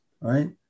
right